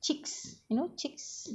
chicks you know chicks